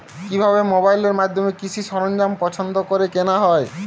কিভাবে মোবাইলের মাধ্যমে কৃষি সরঞ্জাম পছন্দ করে কেনা হয়?